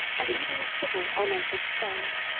and even the civil, honors of spain.